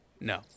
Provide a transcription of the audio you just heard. No